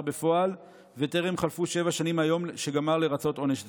בפועל וטרם חלפו שבע שנים מהיום שגמר לרצות עונש זה.